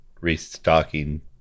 restocking